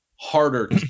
Harder